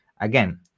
Again